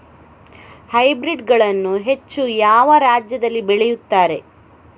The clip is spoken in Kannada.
ಹೈಬ್ರಿಡ್ ಗಳನ್ನು ಹೆಚ್ಚು ಯಾವ ರಾಜ್ಯದಲ್ಲಿ ಬೆಳೆಯುತ್ತಾರೆ?